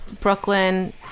brooklyn